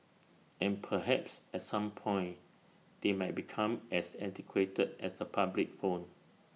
and perhaps at some point they might become as antiquated as the public phone